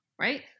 right